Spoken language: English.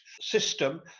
system